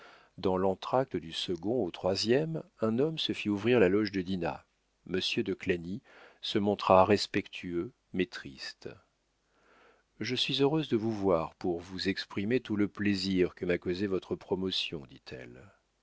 dans l'entr'acte du second au troisième acte un homme se fit ouvrir la loge de dinah monsieur de clagny se montra respectueux mais triste je suis heureuse de vous voir pour vous exprimer tout le plaisir que m'a causé votre promotion dit-elle